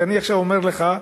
ואני עכשיו אומר לך,